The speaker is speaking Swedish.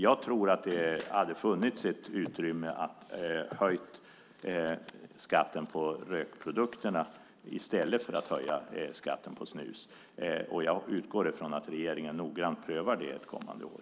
Jag tror att det hade funnits ett utrymme för att höja skatten på rökprodukterna i stället för att höja skatten på snus, och jag utgår från att regeringen noggrant prövar det kommande år.